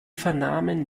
vernahmen